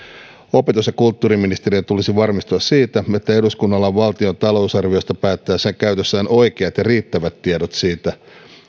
opetus ja kulttuuriministeriön tulisi varmistua siitä että eduskunnalla on valtion talousarviosta päättäessään käytössään oikeat ja riittävät tiedot siitä